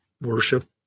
worship